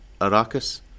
Arrakis